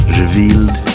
revealed